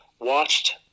watched